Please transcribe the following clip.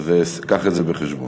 וקח את זה בחשבון.